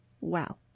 Wow